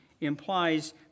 implies